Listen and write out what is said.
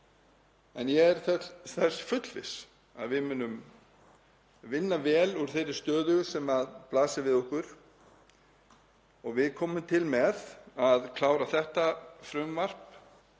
en ég er þess fullviss að við munum vinna vel úr þeirri stöðu sem blasir við okkur. Við komum til með að klára þetta frumvarp